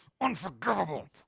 unforgivable